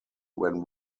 when